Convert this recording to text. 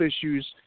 issues